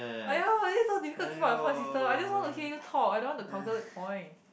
!aiyo! this is so difficult came up with the point system I just want to hear you talk I don't want to calculate point